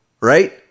right